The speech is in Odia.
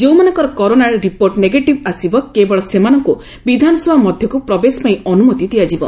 ଯେଉଁମାନଙ୍କର କରୋନା ରିପୋର୍ଟ ନେଗେଟିଭ୍ ଆସିବ କେବଳ ସେମାନଙ୍କୁ ବିଧାନସଭା ମଧ୍ଧକୁ ପ୍ରବେଶ ପାଇଁ ଅନୁମତି ଦିଆଯିବ